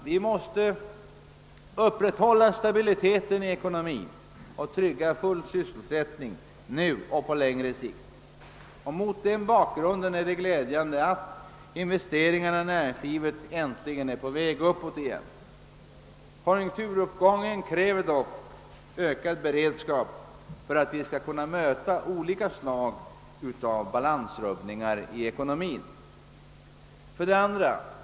Vi måste upprätthålla stabiliteten i ekonomin och trygga full sysselsättning nu och på längre sikt. Mot den bakgrunden är det glädjande att investeringarna i näringslivet äntligen är på väg uppåt igen. Konjunkturuppgången kräver dock ökad beredskap för att vi skall kunna möta olika slag av balansrubbningar i ekonomin. 2.